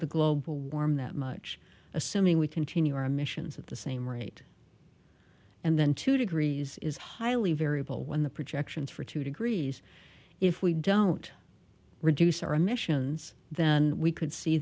the global warming that much assuming we continue our emissions at the same rate and then two degrees is highly variable when the projections for two degrees if we don't reduce our emissions than we could see